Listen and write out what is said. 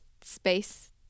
space